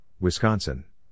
Wisconsin